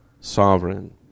sovereign